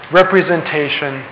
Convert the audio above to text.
representation